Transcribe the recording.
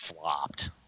flopped